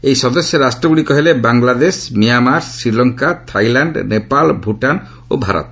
ଏହି ସଦସ୍ୟ ରାଷ୍ଟ୍ରଗୁଡ଼ିକ ହେଲେ ବାଂଲାଦେଶ ମିଆଁମାର ଶ୍ରୀଲଙ୍କା ଥାଇଲାଣ୍ଡ ନେପାଳ ଭ୍ତଟାନ ଓ ଭାରତ